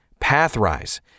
PathRise